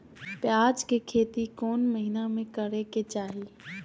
प्याज के खेती कौन महीना में करेके चाही?